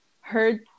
heard